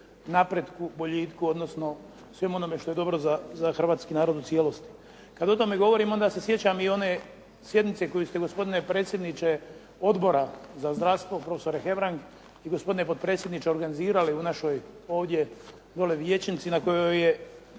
napretku, boljitku, odnosno svemu onome što je dobro za hrvatski narod u cijelosti. Kad o tome govorim, onda se sjećam i one sjednice koju ste, gospodine predsjedniče Odbora za zdravstvo, profesore Hebrang i gospodine potpredsjedniče, organizirali u našoj ovdje dolje vijećnici na kojoj je